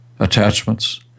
attachments